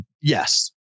yes